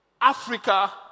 Africa